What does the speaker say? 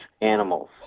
animals